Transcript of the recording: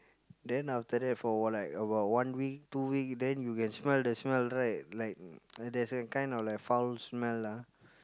then after that for like about one week two week then you can smell the smell right like there's a kind of like foul smell ah